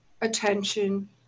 attention